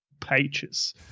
pages